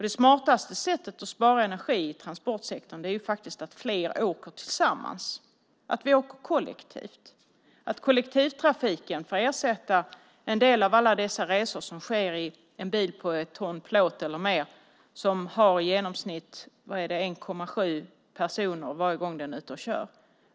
Det smartaste sättet att spara energi i transportsektorn är genom att fler åker tillsammans, att vi åker kollektivt. Kollektivtrafiken bör få ersätta en del av de resor som nu sker i en bil på ett ton plåt eller mer och som i genomsnitt transporterar 1,7 personer varje gång den är ute i trafiken.